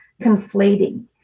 conflating